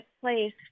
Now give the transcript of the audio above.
place